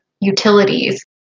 utilities